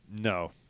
No